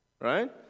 right